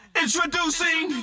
introducing